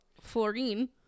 Florine